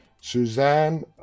Suzanne